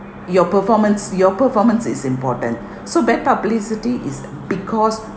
your performance your performance is important so bad publicity is because